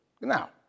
Now